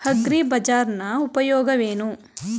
ಅಗ್ರಿಬಜಾರ್ ನ ಉಪಯೋಗವೇನು?